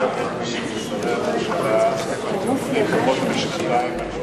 בפני הממשלה לפני פחות משנתיים,